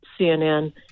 CNN